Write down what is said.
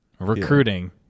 Recruiting